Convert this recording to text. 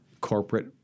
corporate